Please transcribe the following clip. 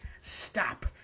stop